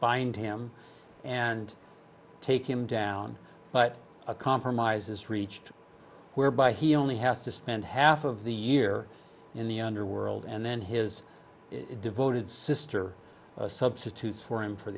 him and take him down but a compromise is reached whereby he only has to spend half of the year in the underworld and then his devoted sister substitutes for him for